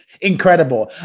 incredible